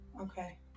Okay